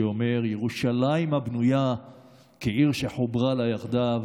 שאומר: "ירושלַ‍ִם הבנויה כעיר שחֻברה לה יחדָּו",